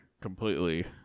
Completely